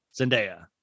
Zendaya